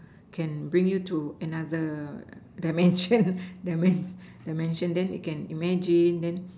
can bring you to another dimension dimen~ dimension then you can imagine then